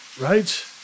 Right